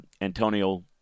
Antonio